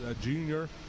junior